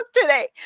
today